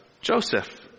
Joseph